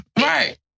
Right